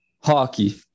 Hockey